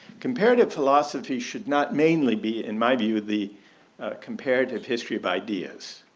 comparative philosophy should not mainly be in my view, the comparative history of ideas.